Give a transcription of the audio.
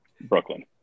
Brooklyn